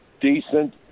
decent